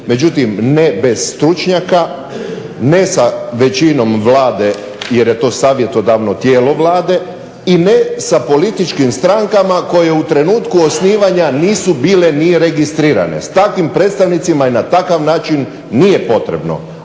Međutim, ne bez stručnjaka, ne sa većinom Vlade jer je to savjetodavno tijelo Vlade i ne sa političkim strankama koje u trenutku osnivanja nisu bile ni registrirane. S takvim predstavnicima i na takav način nije potrebno,